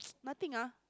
nothing ah